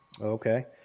Okay